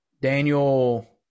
Daniel